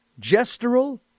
gestural